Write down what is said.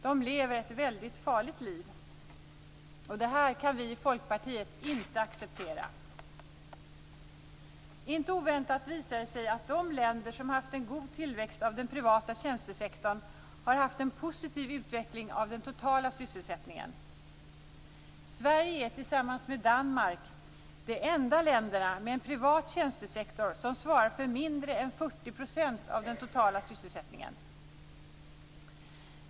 De lever ett väldigt farligt liv, och det här kan vi i Folkpartiet inte acceptera. Inte oväntat visar det sig att de länder som har haft en god tillväxt av den privata tjänstesektorn har haft en positiv utveckling av den totala sysselsättningen. Sverige tillsammans med Danmark är de enda länderna med en privat tjänstesektor som svarar för mindre än 40 % av den totala sysselsättningen.